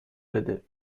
بده